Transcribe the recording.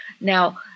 Now